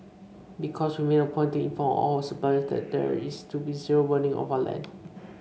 because we've made a point to inform all our suppliers that there is to be zero burning of our land